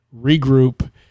Regroup